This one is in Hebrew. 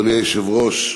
אדוני היושב-ראש,